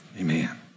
amen